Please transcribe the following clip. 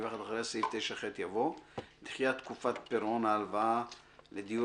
אחרי סעיף 9ח יבוא: "דחיית תקופת פירעון הלוואה לדיור